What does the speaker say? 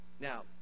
Now